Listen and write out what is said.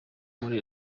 muri